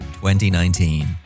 2019